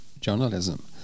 journalism